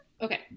Okay